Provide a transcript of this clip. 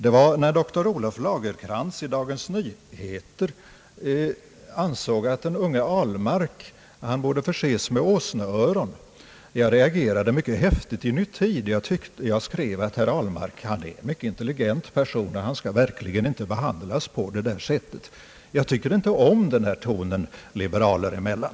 Det var när doktor Olof Lagercrantz i Dagens Nyheter ansåg att den unge Ahlmark borde förses med åsneöron. Jag reagerade mycket häftigt i Ny Tid. Jag skrev att herr Ahlmark är en mycket intelligent person och att han verk ligen inte skall behandlas på det sättet. Jag tycker inte om den där tonen, liberaler emellan.